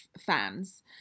Fans